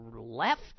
left